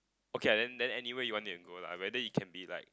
okay lah then then anywhere you want you can go lah whether it can be like